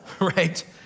Right